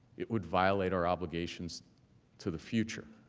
it would violate our obligations to the future.